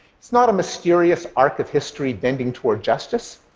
it's not a mysterious arc of history bending toward justice.